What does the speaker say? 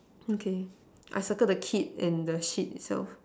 okay I circle the kid and the seat itself